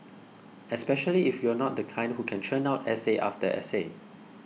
especially if you're not the kind who can churn out essay after essay